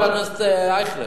חבר הכנסת אייכלר,